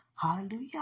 Hallelujah